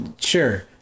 Sure